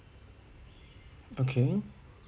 okay